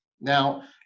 Now